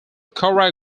cora